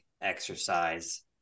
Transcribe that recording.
exercise